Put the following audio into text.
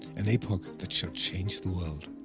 an epoch, that should change the world.